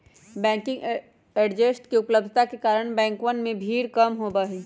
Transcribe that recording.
banking agents के उपलब्धता के कारण बैंकवन में भीड़ कम होबा हई